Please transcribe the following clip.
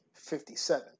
57